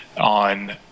on